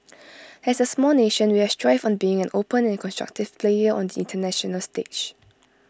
as A small nation we have thrived on being an open and constructive player on the International stage